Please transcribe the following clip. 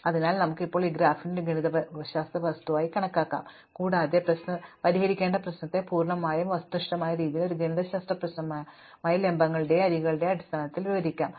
അതിനാൽ നമുക്ക് ഇപ്പോൾ ഈ ഗ്രാഫിനെ ഒരു ഗണിതശാസ്ത്ര വസ്തുവായി കണക്കാക്കാം കൂടാതെ പരിഹരിക്കേണ്ട പ്രശ്നത്തെ പൂർണ്ണമായും വസ്തുനിഷ്ഠമായ രീതിയിൽ ഒരു ഗണിതശാസ്ത്ര പ്രശ്നമായി ലംബങ്ങളുടെയും അരികുകളുടെയും അടിസ്ഥാനത്തിൽ വിവരിക്കാം